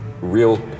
real